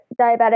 diabetic